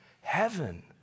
Heaven